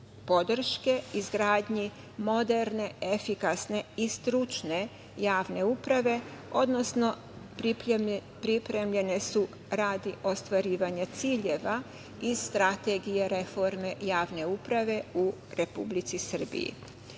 podrške izgradnji moderne, efikasne i stručne javne uprave, odnosno pripremljene su radi ostvarivanja ciljeva iz Strategije reforme javne uprave u Republici